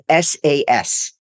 SAS